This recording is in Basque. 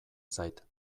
zait